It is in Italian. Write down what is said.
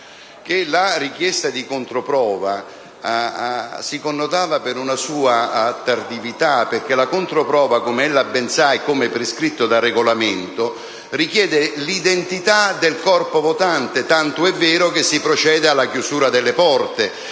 La richiesta di controprova si connotava per una sua tardività, perché la controprova, come ella ben sa e come è prescritto dal Regolamento, richiede l'identità del corpo votante, tanto è vero che si procede alla chiusura delle porte.